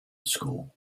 school